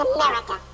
America